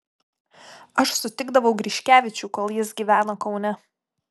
aš sutikdavau griškevičių kol jis gyveno kaune